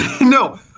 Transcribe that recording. No